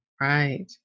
Right